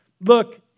look